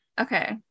okay